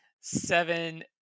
seven